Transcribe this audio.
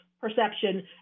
perception